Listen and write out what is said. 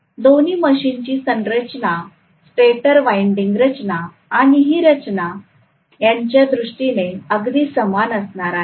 दोन्ही मशीनची संरचना स्टेटर वाइंडिंग रचना आणि ही रचना यांच्या दृष्टीने अगदी समान असणार आहे